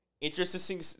interesting